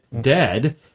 dead